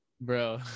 Bro